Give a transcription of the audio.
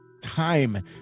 time